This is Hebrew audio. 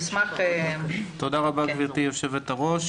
תודה רבה גבירתי היו"ר.